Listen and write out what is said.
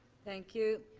thank you.